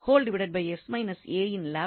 யின் Laplace inverse ஆகும்